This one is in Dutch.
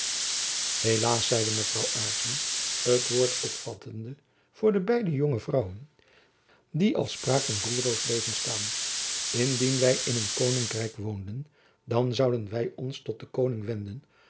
helaas zeide mevrouw aarssen het woord opvattende voor de beide jonge vrouwen die als spraaken roerloos bleven staan indien wy in een koninkrijk woonden dan zouden wy ons tot den koning wenden